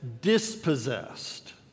dispossessed